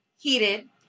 heated